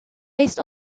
based